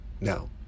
no